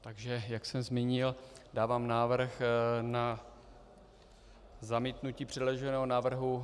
Takže jak jsem zmínil, dávám návrh na zamítnutí předloženého návrhu.